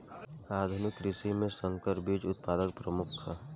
आधुनिक कृषि में संकर बीज उत्पादन प्रमुख ह